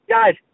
Guys